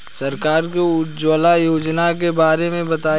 सरकार के उज्जवला योजना के बारे में बताईं?